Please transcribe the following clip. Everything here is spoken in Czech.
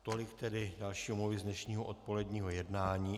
Tolik tedy další omluvy z dnešního odpoledního jednání.